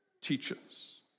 teaches